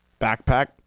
backpack